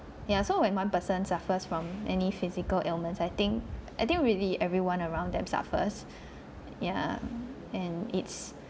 ya so when one person suffers from any physical illness I think I think really everyone around them suffers yeah and it's